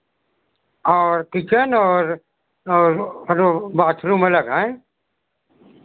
और किचन और और हलो बाथरूम अलग आँय